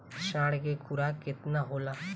साँढ़ के खुराक केतना होला?